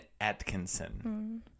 Atkinson